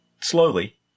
Slowly